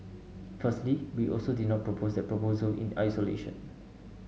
firstly we also did not propose that proposal in isolation